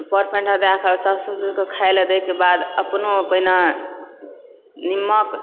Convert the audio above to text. पर पनि दए कऽ साउस ससुरके खाए ला दएके बाद अपनो पहिने नीमक